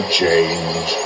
change